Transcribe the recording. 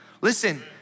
Listen